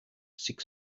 six